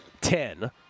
Ten